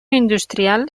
industrial